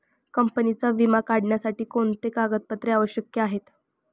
कंपनीचा विमा काढण्यासाठी कोणते कागदपत्रे आवश्यक आहे?